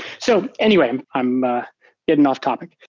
so anyway, i'm getting off-topic.